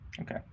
Okay